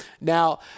Now